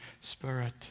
Spirit